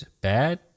bad